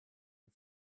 and